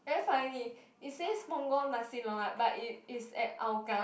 very funny it says Punggol Nasi-Lemak but it is at Hougang